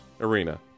arena